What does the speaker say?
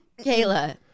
Kayla